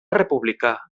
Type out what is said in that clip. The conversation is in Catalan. republicà